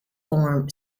form